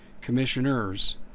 commissioners